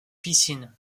piscine